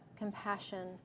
Compassion